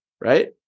right